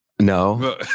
No